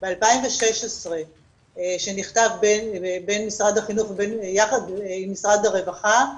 ב-2016 שנכתב בין משרד החינוך יחד עם משרד הרווחה,